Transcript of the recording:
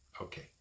Okay